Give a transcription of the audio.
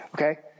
okay